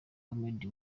comedy